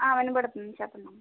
వినబడతుంది చెప్పండి